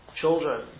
Children